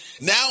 Now